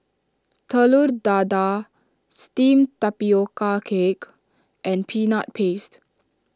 Telur Dadah Steamed Tapioca Cake and Peanut Paste